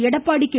Edappadi K